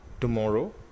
tomorrow